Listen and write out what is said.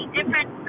different